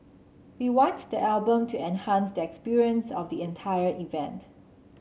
we want the album to enhance the experience of the entire event